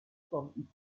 from